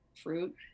fruit